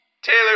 Taylor